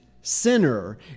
sinner